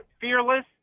fearless